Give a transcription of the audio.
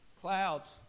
Clouds